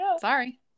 Sorry